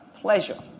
pleasure